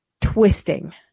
twisting